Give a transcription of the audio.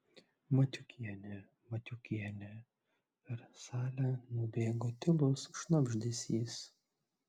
matiukienė matiukienė per salę nubėgo tylus šnabždesys